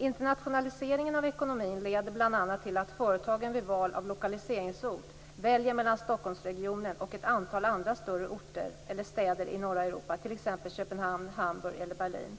Internationaliseringen av ekonomin leder bl.a. till att företagen vid val av lokaliseringsort väljer mellan Stockholmsregionen och ett antal andra större orter eller städer i norra Europa, t.ex. Köpenhamn, Hamburg eller Berlin,